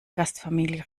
gastfamilie